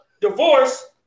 Divorce